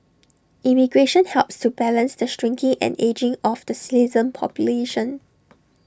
immigration helps to balance the shrinking and ageing of the citizen population